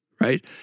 Right